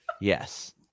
Yes